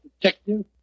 detective